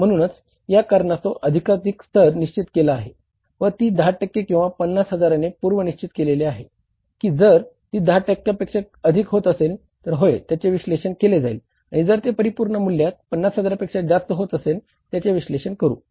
म्हणूनच या कारणास्तव अधिकाधिक स्तर निशचित केला आहे व ती 10 टक्के किंवा 50 हजाराने पूर्व निशचित केले आहे की जर ती 10 टक्क्या पेक्षा अधिक होत असेल तर होय त्याचे विश्लेषण केले जाईल आणि जर ते परिपूर्ण मूल्यात 50 हजारपेक्षा जास्त होत असेल त्याचे विश्लेषण करू